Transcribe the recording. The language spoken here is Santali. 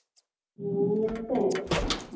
ᱢᱮᱭᱟᱝ ᱥᱮᱫ